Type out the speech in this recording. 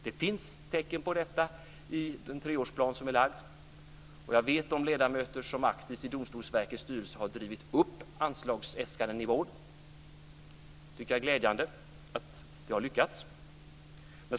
Det finns tecken på detta i den treårsplan som är lagd. Jag vet ledamöter som aktivt i Domstolsverkets styrelse har drivit upp anslagsäskandenivån. Jag tycker att det är glädjande att de har lyckats.